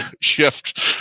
shift